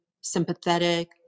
sympathetic